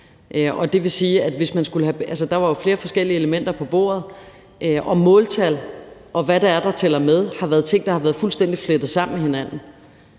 jo var flere forskellige elementer på bordet, og måltal, og hvad der tæller med, har været ting, der har været fuldstændig flettet sammen med hinanden.